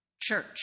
Church